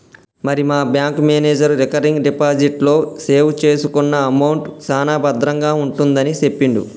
మరి మా bank manager recurring deposit లో సేవ్ చేసుకున్న అమౌంట్ సాన భద్రంగా ఉంటుందని సెప్పిండు